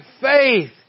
faith